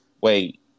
Wait